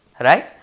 right